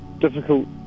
difficult